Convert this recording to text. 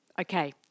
Okay